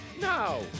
No